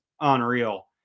unreal